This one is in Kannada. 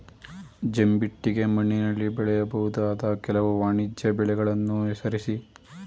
ಜಂಬಿಟ್ಟಿಗೆ ಮಣ್ಣಿನಲ್ಲಿ ಬೆಳೆಯಬಹುದಾದ ಕೆಲವು ವಾಣಿಜ್ಯ ಬೆಳೆಗಳನ್ನು ಹೆಸರಿಸಿ?